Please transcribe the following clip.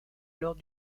alors